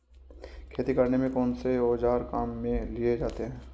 खेती करने में कौनसे औज़ार काम में लिए जाते हैं?